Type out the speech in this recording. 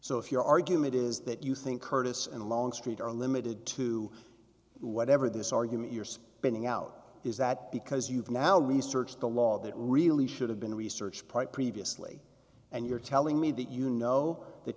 so if your argument is that you think curtis and longstreet are limited to whatever this argument you're spinning out is that because you've now researched the law that really should have been research prior previously and you're telling me that you know th